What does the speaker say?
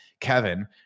Kevin